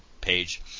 page